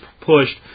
pushed